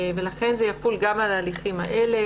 ולכן זה יחול גם על ההליכים האלה.